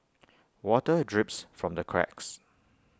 water drips from the cracks